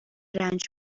رنج